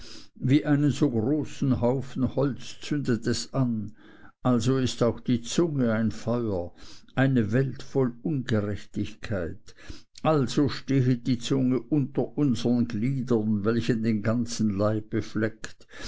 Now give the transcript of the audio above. wie einen so großen haufen holz zündet es an also ist auch die zunge ein feuer eine welt voll ungerechtigkeit also stehet die zunge unter unsern gliedern welche den ganzen leib befleckt